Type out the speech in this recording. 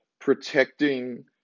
protecting